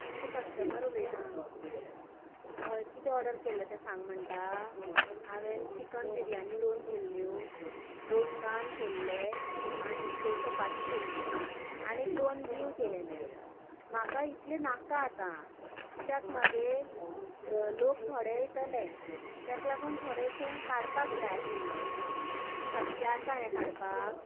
तुमचें कस्टमर उलयता हय कितें ऑर्डर केल्लें तें सांग म्हणटा हांवें चिकन बिरयानी दोन केल्ल्यो दोन नन केल्ले आनीक स चपाती केल्ल्यो आनीक दोन डीव केलेले म्हाका इतलें नाका आतां कित्याक मगेर लोक थोडे येतले ताका लागोन थोडेंशें काडपाक जाय आसलें शक्य आसा हें काडपाक